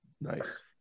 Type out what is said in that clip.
Nice